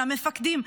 למפקדים,